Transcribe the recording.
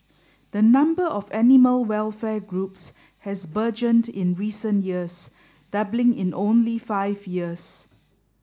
the number of animal welfare groups has burgeoned in recent years doubling in only five years